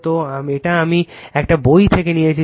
তো এটা আমি একটা বই থেকে নিয়েছি